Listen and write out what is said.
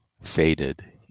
faded